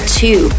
two